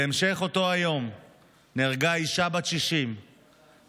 בהמשך אותו היום נהרגה אישה בת 60 בתאונה